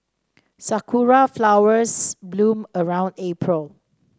sakura flowers bloom around April